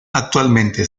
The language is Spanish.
actualmente